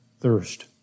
thirst